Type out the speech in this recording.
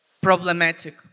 problematic